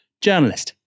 journalist